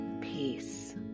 peace